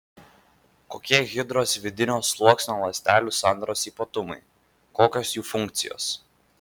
kokie hidros vidinio sluoksnio ląstelių sandaros ypatumai kokios jų funkcijos